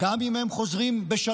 גם אם הם חוזרים בשלום